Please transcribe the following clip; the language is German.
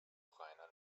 reiner